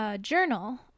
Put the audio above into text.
journal